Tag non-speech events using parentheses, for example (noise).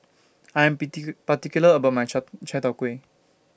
I'm (unintelligible) particular about My Chai Chai Tow Kway